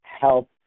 help